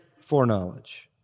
foreknowledge